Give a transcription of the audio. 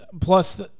plus